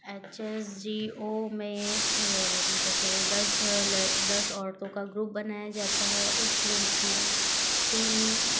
H S G O में जैसे दस ल दस औरतों का ग्रुप बनाया जाता है उस ग्रुप में तीन